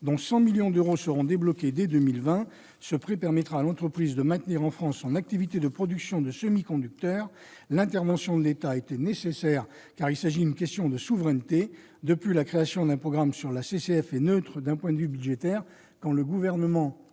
dont 100 millions d'euros seront débloqués dès 2020. Ce prêt permettra à l'entreprise de maintenir en France son activité de production de semi-conducteurs. L'intervention de l'État était nécessaire, car il s'agit d'une question de souveraineté. De plus, la création d'un programme au sein de ce compte de concours financiers est neutre d'un point de vue budgétaire. Si le Gouvernement